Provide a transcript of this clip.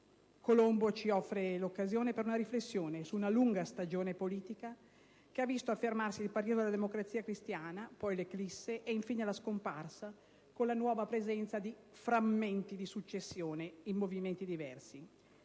Colombo ci offre l'occasione per una riflessione su una lunga stagione politica, che ha visto prima affermarsi il partito della Democrazia cristiana, poi la sua eclisse e, infine, la sua scomparsa con la nuova presenza di frammenti di successione in movimenti diversi.